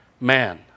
Man